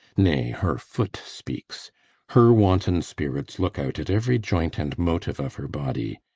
nay, her foot speaks her wanton spirits look out at every joint and motive of her body.